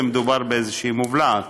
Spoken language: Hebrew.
מדובר באיזושהי מובלעת,